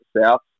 South